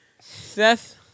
Seth